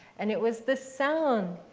and it was the sound.